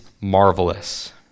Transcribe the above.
marvelous